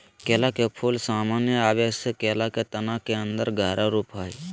केला के फूल, सामने आबे से केला के तना के अन्दर गहरा रूप हइ